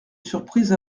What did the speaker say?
surprise